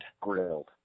Grilled